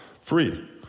Free